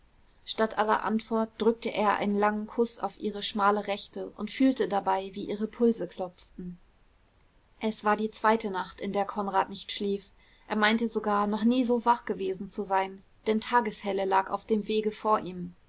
statt aller antwort drückte er einen langen kuß auf ihre schmale rechte und fühlte dabei wie ihre pulse klopften es war die zweite nacht in der konrad nicht schlief er meinte sogar noch nie so wach gewesen zu sein denn tageshelle lag auf dem wege vor ihm